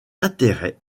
intérêt